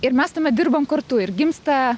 ir mes tame dirbam kartu ir gimsta